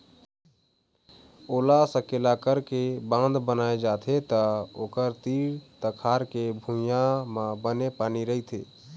ओला सकेला करके बांध बनाए जाथे त ओखर तीर तखार के भुइंया म बने पानी रहिथे